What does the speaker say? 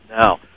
now